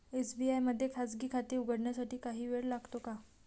SBI मध्ये खाजगी खाते उघडण्यासाठी काही वेळ लागतो का?